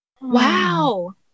Wow